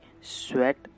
sweat